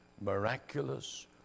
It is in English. miraculous